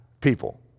people